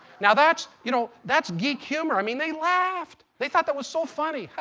now that's you know that's geek humor. i mean, they laughed. they thought that was so funny,